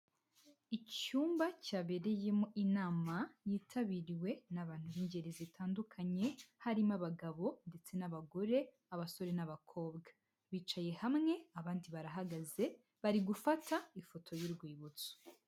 Icyumba cyabereyemo inama yitabiriwe n'abantu b'ingeri zitandukanye, harimo abagabo ndetse n'abagore, abasore n'abakobwa, bicaye hamwe abandi barahagaze, bari gufata ifoto y'urwibutso.